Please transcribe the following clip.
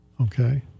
okay